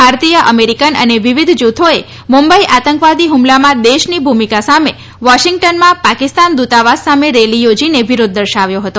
ભારતીય અમેરિકન અને વિવિધ જૂથોએ મુંબઈ આતંકવાદી હ્મલામાં દેશની ભૂમિકા સામે વોશિંગ્ટનમાં પાકિસ્તાન દ્રતાવાસ સામે રેલ યોજીને વિરોધ દર્શાવ્યો હતો